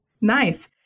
Nice